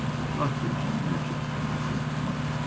the doctors and nurses on the front line